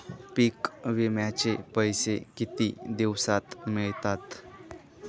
पीक विम्याचे पैसे किती दिवसात मिळतात?